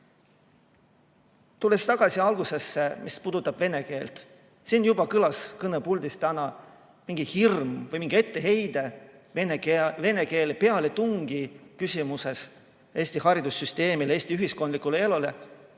Tulles tagasi algusesse, mis puudutab vene keelt. Siin juba kõlas kõnepuldis täna mingi hirm või mingi etteheide vene keele pealetungi küsimuses Eesti haridussüsteemile, Eesti ühiskondlikule elule.